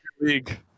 League